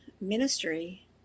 ministry